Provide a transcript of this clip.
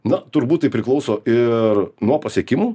na turbūt tai priklauso ir nuo pasiekimų